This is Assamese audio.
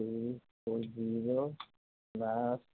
প্লাছ